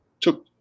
took